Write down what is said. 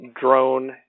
drone